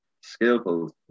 skillful